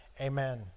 Amen